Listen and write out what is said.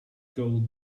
gold